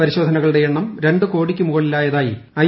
പരിശോധനകളുടെ എണ്ണം രണ്ടു കോടിയ്ക്കു മുകളിലായതായി ഐ